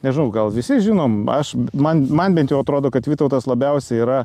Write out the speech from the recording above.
nežinau gal visi žinom aš man man bent jau atrodo kad vytautas labiausiai yra